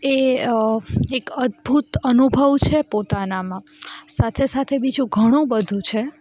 એ એક અદ્ભુત અનુભવ છે પોતાનામાં સાથે સાથે બીજું ઘણું બધું છે